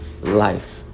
life